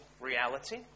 reality